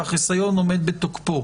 שהחיסיון עומד בתוקפו,